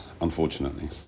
Unfortunately